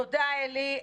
תודה, אלי.